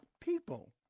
people